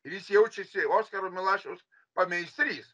ir jis jaučiasi oskaro milašiaus pameistrys